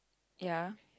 ya